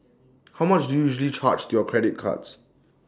how much do you usually charge to your credit cards